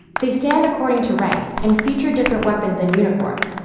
they stand according to rank and feature different weapons and uniforms,